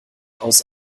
aus